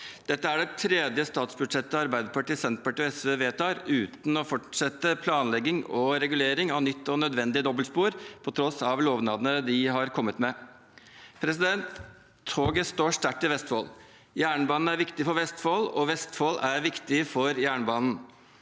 Dette er det tredje statsbudsjettet Arbeiderpartiet, Senterpartiet og SV vedtar, uten å fortsette planlegging og regulering av nytt og nødvendig dobbeltspor, på tross av lovnadene de har kommet med. Toget står sterkt i Vestfold. Jernbanen er viktig for Vestfold, og Vestfold er viktig for jernbanen.